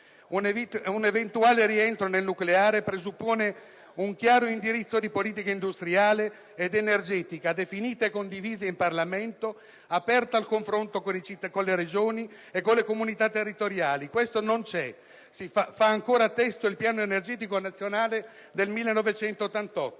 Un eventuale rientro nel nucleare presuppone un chiaro indirizzo di politica industriale ed energetica, definita e condivisa in Parlamento, aperta al confronto con le Regioni e con le comunità territoriali. Tale politica non c'è: fa ancora testo il Piano energetico nazionale del 1988.